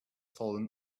fallen